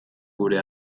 gure